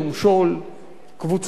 קבוצה תריב עם קבוצה,